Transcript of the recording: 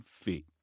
feet